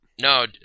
No